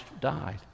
died